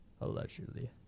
allegedly